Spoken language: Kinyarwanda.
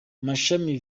mashami